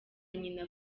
nyina